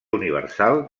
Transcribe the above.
universal